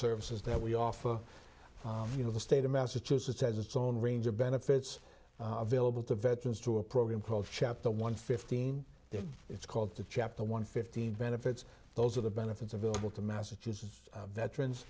services that we offer you know the state of massachusetts has its own range of benefits available to veterans to a program called chapter one fifteen there it's called the chapter one fifteen benefits those are the benefits available to massachusetts veterans